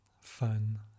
fun